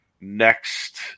next